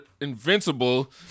Invincible